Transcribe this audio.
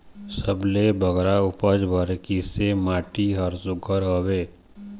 सबले बगरा उपज बर किसे माटी हर सुघ्घर हवे?